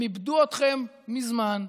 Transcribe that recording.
הם איבדו אתכם מזמן,